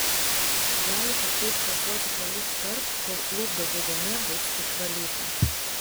galite taip kartoti keliskart kol lūpdažio dėmė bus išvalyta